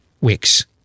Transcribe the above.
weeks